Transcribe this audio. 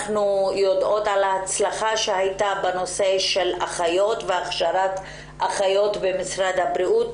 אנחנו יודעים על ההצלחה שהייתה בנושא של הכשרת אחיות במשרד הבריאות.